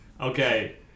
Okay